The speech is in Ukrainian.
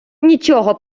нічого